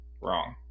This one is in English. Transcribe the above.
wrong